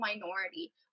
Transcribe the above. minority